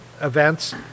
events